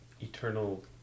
eternal